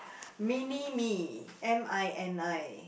mini me M I N I